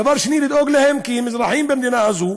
דבר שני, לדאוג להם, כי הם אזרחים במדינה הזאת